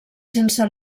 sense